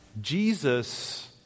Jesus